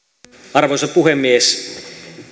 arvoisa puhemies